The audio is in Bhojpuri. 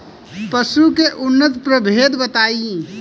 पशु के उन्नत प्रभेद बताई?